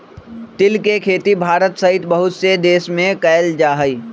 तिल के खेती भारत सहित बहुत से देश में कइल जाहई